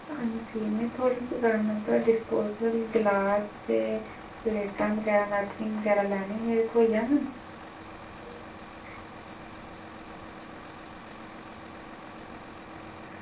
हां जी में थुआढ़ी दकान उप्परा डिस्पोज़ेबल गलास ते प्लेटां बगैरा नेपकिन बगैरा लैने हे थ्होई जाङन